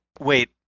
wait